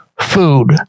food